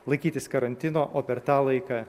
laikytis karantino o per tą laiką